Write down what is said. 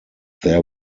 they